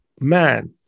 man